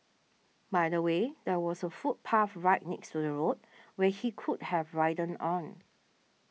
by the way there was a footpath right next to the road where he could have ridden on